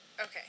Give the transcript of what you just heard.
Okay